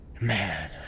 man